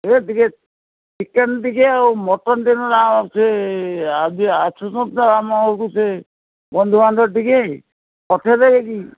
ସେ ଟିକେ ଚିକେନ୍ ଟିକେ ଆଉ ମଟନ୍ ଟିକେ ସେ ଆଜି ଆସୁଛନ୍ତି ତ ଆମ ଘରକୁ ସେ ବନ୍ଧୁବାନ୍ଧବ ଟିକେ ପଠେଇଦେବେ କି